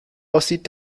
aussieht